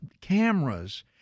cameras